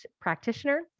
practitioner